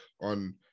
on